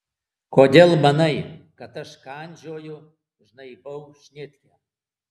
kodėl manai kad aš kandžioju žnaibau šnitkę